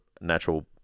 natural